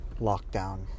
lockdown